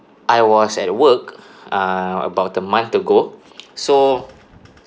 I was at work uh about a month ago so